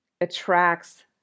attracts